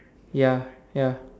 ya ya